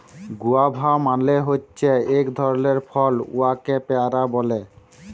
guava মালে হছে ইক ধরলের ফল উয়াকে পেয়ারা ব্যলে